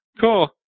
Cool